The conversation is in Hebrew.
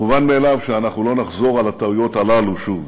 מובן מאליו שאנחנו לא נחזור על הטעויות הללו שוב.